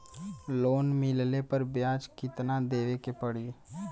Loan मिलले पर ब्याज कितनादेवे के पड़ी?